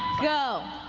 go.